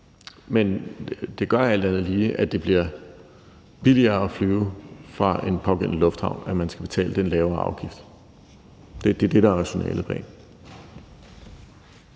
Men det gør alt andet lige, at det bliver billigere at flyve fra den pågældende lufthavn, at man skal betale den lavere afgift. Det er det, der er rationalet bag.